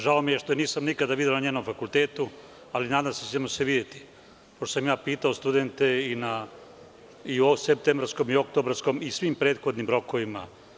Žao mi je što je nisam nikada video na njenom fakultetu, ali nadam se da ćemo se videti, pošto sam ja pitao studente i u septembarskom i oktobarskom i svim prethodnim rokovima.